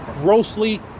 grossly